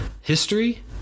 history